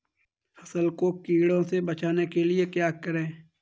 फसल को कीड़ों से बचाने के लिए क्या करें?